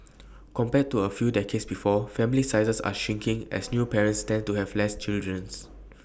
compared to A few decades before family sizes are shrinking as new parents tend to have less children